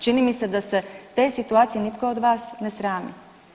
Čini mi se da te situacije nitko od vas ne srami.